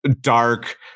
dark